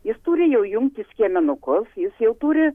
jis turi jau jungti skiemenukus jis jau turi